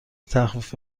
تخفیف